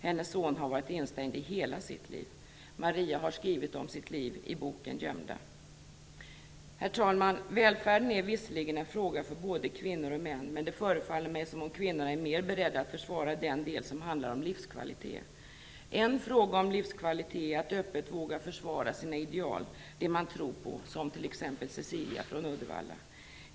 Hennes son har varit instängd i hela sitt liv. Maria har skrivit om sitt liv i boken Gömda. Herr talman! Välfärden är visserligen en fråga för både kvinnor och män, men det förefaller mig som om kvinnorna är mer beredda att försvara den del som handlar om livskvalitet. En fråga om livskvalitet är att öppet våga försvara sina ideal, det man tror på, som t.ex. Cecilia från Uddevalla gör.